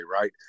right